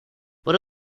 por